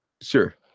Sure